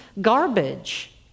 garbage